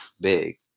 big